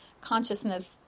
consciousness